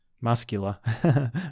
muscular